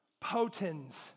potens